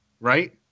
right